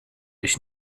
ich